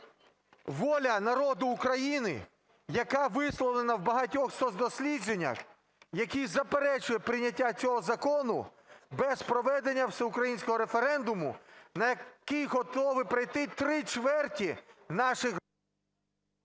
воля народу України, яка висловлена в багатьох соцдослідженнях, які заперечують прийняття цього закону без проведення всеукраїнського референдуму, на який готові прийти три чверті наших...